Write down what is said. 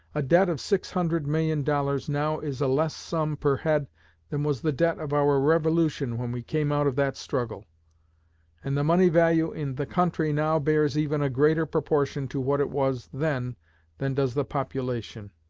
a debt of six hundred million dollars now is a less sum per head than was the debt of our revolution when we came out of that struggle and the money value in the country now bears even a greater proportion to what it was then than does the population.